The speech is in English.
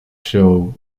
show